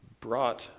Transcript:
brought